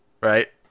right